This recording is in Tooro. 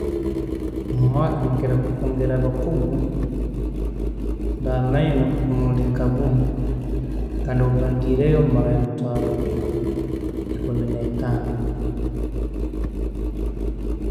Mumwaaka nkira kubungira abakugu omurundi nkagumu kandi obu mba ngiireyo mbaha emitwaaro ikumu n'etaano.